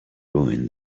ruin